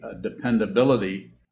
dependability